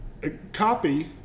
Copy